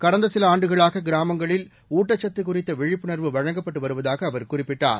கடந்தசிலஆண்டுகளாககிராமங்களில் ஊட்டச்சத்துகுறித்தவிழிப்புணர்வு வழங்கப்பட்டுவருவதாககுறிப்பிட்டார்